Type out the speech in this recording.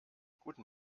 guten